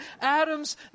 Adam's